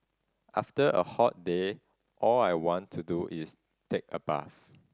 after a hot day all I want to do is take a bath